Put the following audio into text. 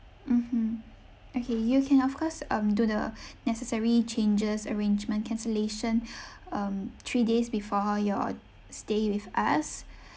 mmhmm okay you can of course um do the necessary changes arrangement cancellation um three days before your stay with us